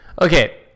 Okay